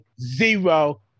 zero